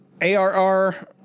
ARR